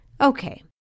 Okay